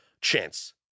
chance